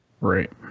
Right